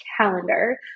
calendar